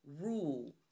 rule